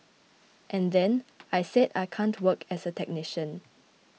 and then I said I can't work as a technician